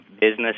business